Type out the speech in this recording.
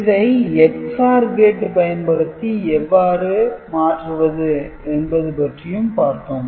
இதை EX - OR கேட்டு பயன்படுத்தி எவ்வாறு மாற்றுவது என்பது பற்றியும் பார்த்தோம்